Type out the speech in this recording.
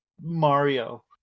Mario